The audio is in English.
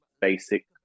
basic